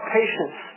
patience